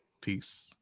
Peace